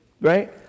Right